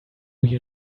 you